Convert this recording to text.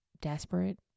desperate